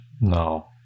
no